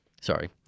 Sorry